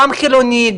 גם חילוני,